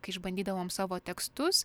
kai išbandydavom savo tekstus